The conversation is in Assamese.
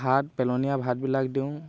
ভাত পেলনীয়া ভাতবিলাক দিওঁ